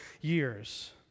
years